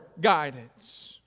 guidance